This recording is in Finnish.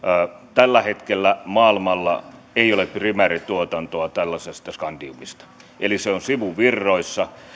tällä hetkellä maailmalla ei ole primäärituotantoa tällaisesta skandiumista eli se on sivuvirroissa